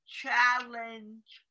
challenge